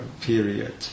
period